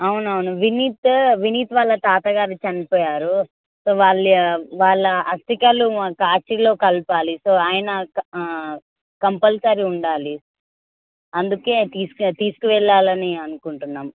అవునవును వినీత్ వినీత్ వాళ్ళ తాతగారు చనిపోయారు సో వాళ్ళ వాళ్ళ అస్తికలు కాశీలో కలపాలి సో ఆయన కంపల్సరీ ఉండాలి అందుకే తీసుకు తీసుకువెళ్ళాలని అనుకుంటున్నాం